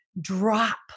drop